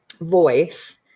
voice